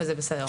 וזה בסדר.